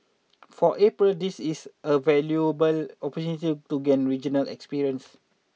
for April this is a valuable opportunity to gain regional experience